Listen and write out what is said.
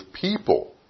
people